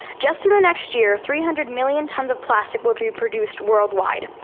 just in the next year, three hundred million tons of plastic will be produced worldwide,